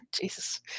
Jesus